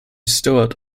stewart